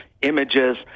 images